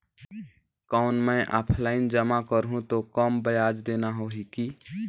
कौन मैं ऑफलाइन जमा करहूं तो कम ब्याज देना होही की?